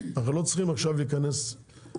אנחנו לא צריכים להיכנס לתוך זה,